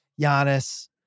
Giannis